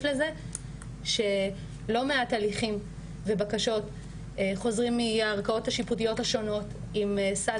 לזה שלא מעט הליכים ובקשות חוזרים מערכאות השיפוט השונות עם סד